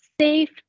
safe